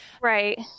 Right